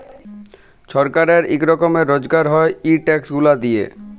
ছরকারের ইক রকমের রজগার হ্যয় ই ট্যাক্স গুলা দিঁয়ে